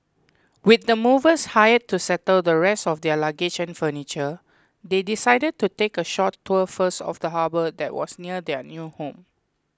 with the movers hired to settle the rest of their luggage and furniture they decided to take a short tour first of the harbour that was near their new home